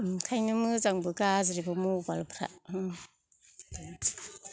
ओंखायनो मोजांबो गाज्रिबो मबाइल फ्रा